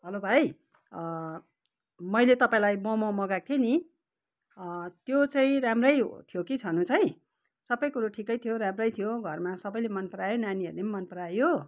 hello भाइ मैले तपाईँलाई मोमो मगाएको थिएँ नि त्यो चाहिँ राम्रै थियो कि छनु चाहिँ सबै कुरो ठिकै थियो राम्रै थियो घरमा सबैले मनपरायो नानीहरूले पनि मनपरायो